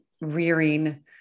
rearing